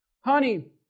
Honey